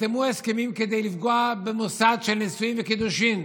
נחתמו הסכמים כדי לפגוע במוסד של נישואין וקידושין,